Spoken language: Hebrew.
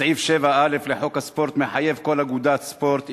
סעיף 7(א) לחוק הספורט מחייב כל אגודת ספורט,